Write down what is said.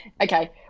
Okay